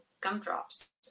gumdrops